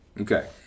Okay